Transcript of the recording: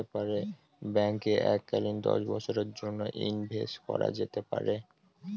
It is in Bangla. ব্যাঙ্কে এককালীন দশ বছরের জন্য কি ইনভেস্ট করা যেতে পারে?